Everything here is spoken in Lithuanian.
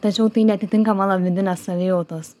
tačiau tai neatitinka mano vidinės savijautos